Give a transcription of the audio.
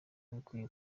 bikwiye